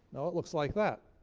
no, it looks like that.